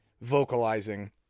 vocalizing